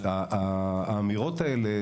האמירות האלה,